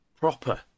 proper